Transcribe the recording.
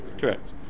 correct